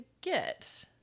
get